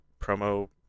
promo